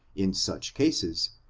in such cases,